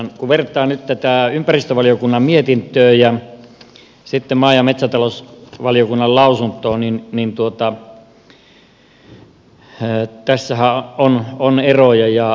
kun vertaa nyt tätä ympäristövaliokunnan mietintöä ja sitten maa ja metsätalousvaliokunnan lausuntoa niin tässähän on eroja